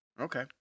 Okay